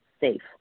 safe